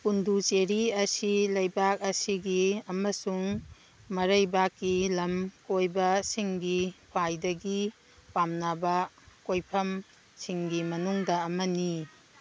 ꯄꯣꯟꯗꯨꯆꯦꯔꯤ ꯑꯁꯤ ꯂꯩꯕꯥꯛ ꯑꯁꯤꯒꯤ ꯑꯃꯁꯨꯡ ꯃꯔꯩꯕꯥꯛꯀꯤ ꯂꯝ ꯀꯣꯏꯕ ꯁꯤꯡꯒꯤ ꯈ꯭ꯋꯥꯏꯗꯒꯤ ꯄꯥꯝꯅꯕ ꯀꯣꯏꯐꯝ ꯁꯤꯡꯒꯤ ꯃꯅꯨꯡꯗ ꯑꯃꯅꯤ